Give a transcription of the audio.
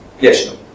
Yes